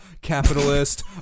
capitalist